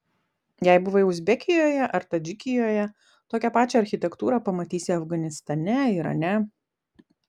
jei buvai uzbekijoje ar tadžikijoje tokią pačią architektūrą pamatysi afganistane irane